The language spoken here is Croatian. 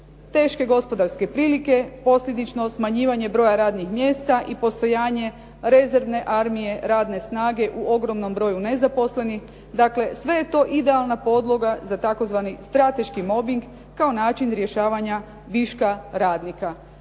teške gospodarske prilike, posljedično smanjivanje broja radnih mjesta i postojanje rezervne armije radne snage u ogromnom broju nezaposlenih. Dakle, sve je to idealna podloga za tzv. strateški mobing kao način rješavanja viška radnika.